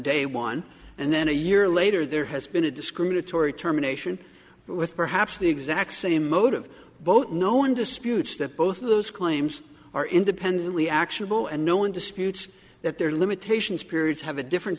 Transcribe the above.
day one and then a year later there has been a discriminatory terminations with perhaps the exact same motive both no one disputes that both of those claims are independently actionable and no one disputes that there are limitations periods have a different